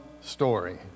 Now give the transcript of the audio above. story